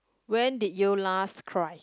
when did you last cried